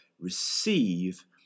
receive